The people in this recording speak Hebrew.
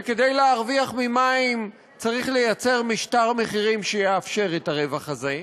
וכדי להרוויח ממים צריך לאפשר משטר מחירים שיאפשר את הרווח הזה,